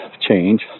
change